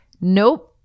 Nope